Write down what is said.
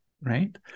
right